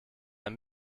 ein